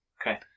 okay